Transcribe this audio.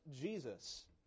Jesus